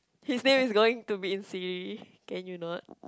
his name is going to be in Siri can you not